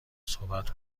صحبت